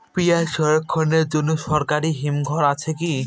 পিয়াজ সংরক্ষণের জন্য সরকারি হিমঘর আছে কি?